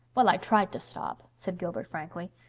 well, i tried to stop, said gilbert frankly,